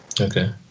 Okay